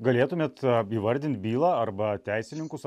galėtumėt įvardint bylą arba teisininkus